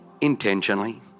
Intentionally